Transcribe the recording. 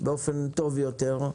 באופן טוב יותר,